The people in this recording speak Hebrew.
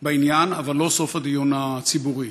בעניין אבל לא סוף הדיון הציבורי.